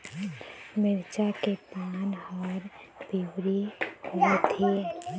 मिरचा के पान हर पिवरी होवथे?